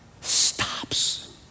stops